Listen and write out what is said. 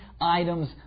items